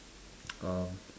um